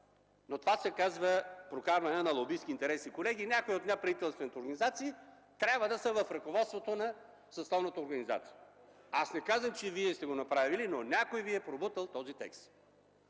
на това се казва прокарване на лобистки интереси. Някои от неправителствените организации трябва да са в ръководството на съсловната организация. Аз не казвам, че Вие сте го направили, но някой Ви е пробутал този текст.